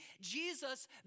Jesus